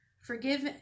Forgive